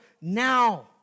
now